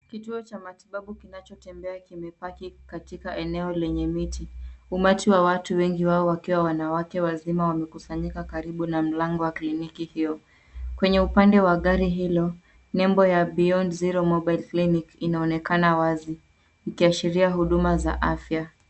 Kituo cha matibabu kinachotembea kimepaki katika eneo lenye miti. Umati wa watu wengi wao wakiwa wanawake wazima wamekusanyika karibu na mlango wa kliniki hiyo. Kwenye upande wa gari hilo, nembo ya Beyond Zero Mobile Clinic inaonekana wazi ikiashiria huduma za afya.